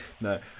no